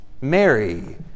Mary